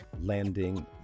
landing